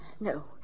No